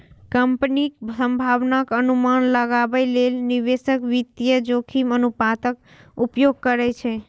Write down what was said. कंपनीक संभावनाक अनुमान लगाबै लेल निवेशक वित्तीय जोखिम अनुपातक उपयोग करै छै